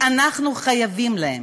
אנחנו חייבים להם,